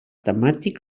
temàtic